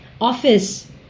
office